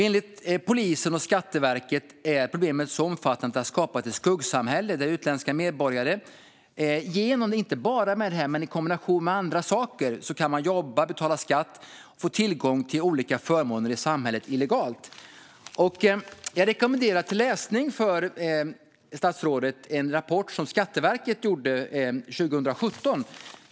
Enligt polisen och Skatteverket är problemet så omfattande att det har skapat ett skuggsamhälle där utländska medborgare inte bara genom detta utan också i kombination med andra saker kan jobba, betala skatt och få tillgång till olika förmåner i samhället illegalt. Jag rekommenderar statsrådet att läsa en rapport från Skatteverket från 2017.